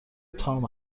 تام